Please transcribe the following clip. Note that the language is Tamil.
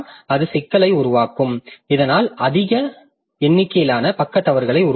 அது சிக்கலை உருவாக்கும் இதனால் அதிக எண்ணிக்கையிலான பக்க தவறுகளை உருவாக்கும்